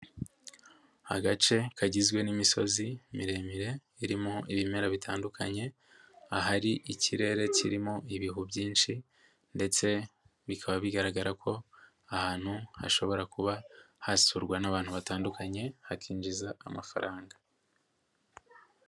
Agace kagizwe n'imisozi miremire, irimo ibimera bitandukanye, ahari ikirere kirimo ibihu byinshi ndetse bikaba bigaragara ko ahantu hashobora kuba hasurwa n'abantu batandukanye, hakinjiza amafaranga.